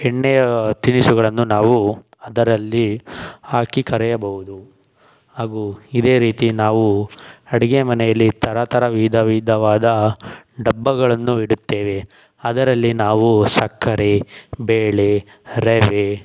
ಎಣ್ಣೆಯ ತಿನಿಸುಗಳನ್ನು ನಾವು ಅದರಲ್ಲಿ ಹಾಕಿ ಕರಿಯಬಹುದು ಹಾಗು ಇದೇ ರೀತಿ ನಾವು ಅಡುಗೆ ಮನೆಯಲ್ಲಿ ಥರ ಥರ ವಿಧ ವಿಧವಾದ ಡಬ್ಬಗಳನ್ನು ಇಡುತ್ತೇವೆ ಅದರಲ್ಲಿ ನಾವು ಸಕ್ಕರೆ ಬೇಳೆ ರವೆ